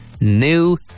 new